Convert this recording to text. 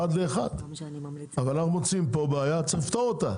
אבל אם אנחנו מוצאים פה בעיה, צריך לפתור אותה.